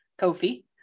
kofi